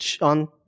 on